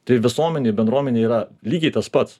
tai visuomenei bendruomenei yra lygiai tas pats